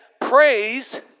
praise